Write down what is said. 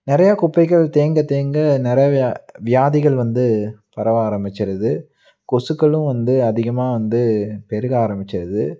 நிறைய குப்பைகள் தேங்க தேங்க நிறைய வியா வியாதிகள் வந்து பரவ ஆரம்பிச்சிடுது கொசுக்களும் வந்து அதிகமாக வந்து பெருக ஆரம்பிச்சிடுது